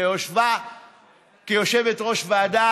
ביושבה כיושבת-ראש ועדת